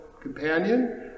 companion